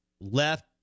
left